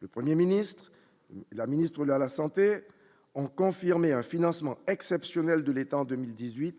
le 1er ministre la ministre la la santé ont confirmé un financement exceptionnel de l'État en 2018